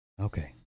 Okay